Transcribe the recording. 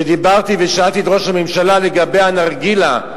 שדיברתי ושאלתי את ראש הממשלה לגבי הנרגילה,